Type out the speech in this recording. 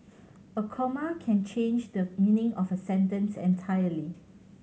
a comma can change the meaning of a sentence entirely